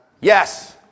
Yes